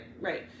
right